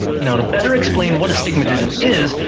now, to better explain what astigmatism is,